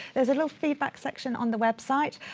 there's a little feedback section on the website.